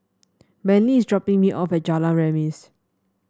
Manley is dropping me off at Jalan Remis